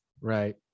Right